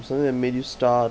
something and made you start